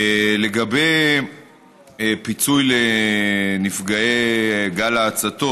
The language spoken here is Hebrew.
לגבי פיצוי לנפגעי גל ההצתות,